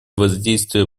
воздействия